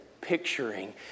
picturing